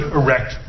erect